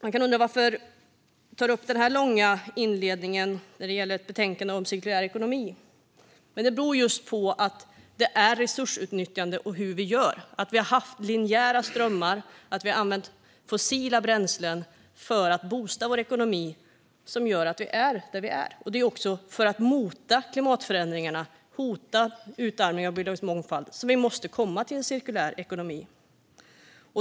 Man kan undra varför jag håller denna långa inledning när det gäller ett betänkande om cirkulär ekonomi, men det beror just på att det handlar om resursutnyttjande och om hur vi gör. Vi har haft linjära strömmar, och vi har använt fossila bränslen för att boosta vår ekonomi. Det är detta som gjort att vi är där vi är. Det är också för att mota klimatförändringarna och utarmningen av biologisk mångfald som vi måste komma till en cirkulär ekonomi.